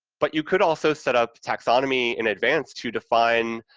but you could also setup taxonomy in advance to define,